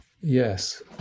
Yes